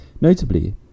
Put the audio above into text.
Notably